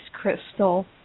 Crystal